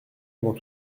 avant